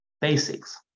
basics